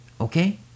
Okay